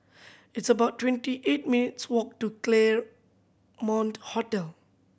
it's about twenty eight minutes' walk to Claremont Hotel